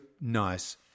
nice